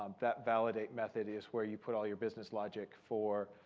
um that validate method is where you put all your business logic for,